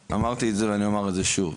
אמרתי את זה ואני אומר את זה שוב,